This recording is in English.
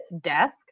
desk